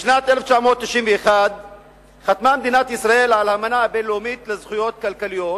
בשנת 1991 חתמה מדינת ישראל על אמנה בין-לאומית לזכויות כלכליות,